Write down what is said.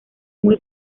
muy